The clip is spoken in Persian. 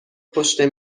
پشت